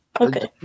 Okay